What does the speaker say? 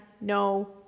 no